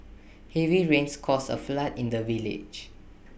heavy rains caused A flood in the village